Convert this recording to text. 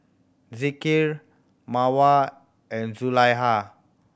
Zikri Mawar and Zulaikha